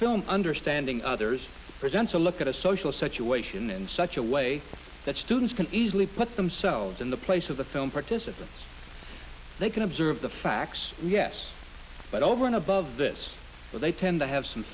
film understanding others present a look at a social situation in such a way that students can easily put themselves in the place of the film participants they can observe the facts yes but over and above this they tend to have some